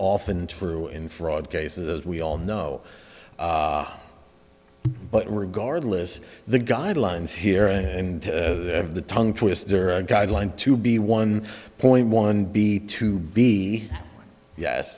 often true in fraud cases as we all know but regardless the guidelines here are of the tongue twister guideline to be one point one b two b yes